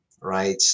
right